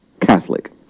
Catholic